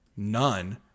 None